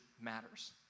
matters